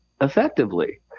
effectively